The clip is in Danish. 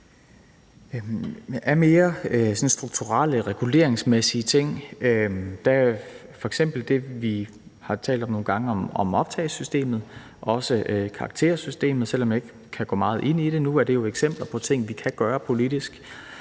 Af mere sådan strukturelle, reguleringsmæssige ting er der f.eks. det, vi har talt om nogle gange, om optagelsessystemet og også karaktersystemet. Selv om jeg ikke kan gå meget ind i det nu, er det jo eksempler på ting, vi kan gøre politisk.